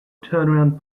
turnaround